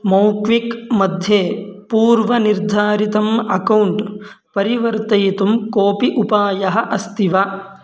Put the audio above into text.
मोक्विक्मध्ये पूर्वनिर्धारितम् अकौण्ट् परिवर्तयितुं कोपि उपायः अस्ति वा